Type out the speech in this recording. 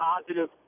Positive